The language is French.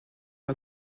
pas